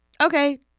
okay